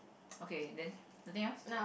okay then nothing else